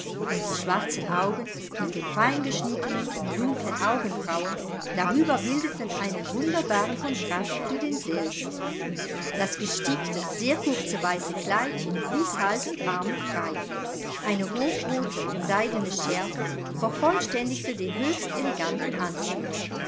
und die schwarzen augen mit den feingeschnittenen dunklen augenbrauen darüber bildeten einen wunderbaren kontrast zu denselben das gestickte sehr kurze weiße kleidchen ließ hals und arme frei eine hochrote seidene schärpe vervollständigte den höchst eleganten anzug